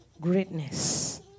greatness